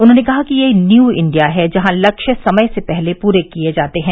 उन्होंने कहा कि यह न्यू इंडिया है जहां लक्ष्य समय से पहले पूरे किए जाते हैं